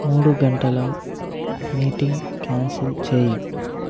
మూడు గంటల meeting cancel చేయి